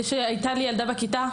הייתה ילדה בכיתה,